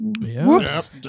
whoops